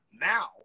Now